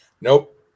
Nope